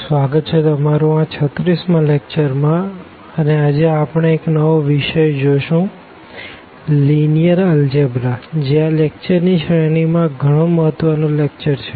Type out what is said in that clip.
સ્વાગત છે તમારું આ 36માં લેકચર માં અને આજે આપણે એક નવો વિષય જોશું લીનીઅર અલ્જેબ્રા જે આ લેકચર ની શ્રેણી માં ગણો મહત્વ નો લેકચર છે